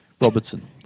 Robertson